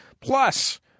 Plus